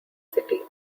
city